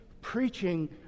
preaching